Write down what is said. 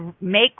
make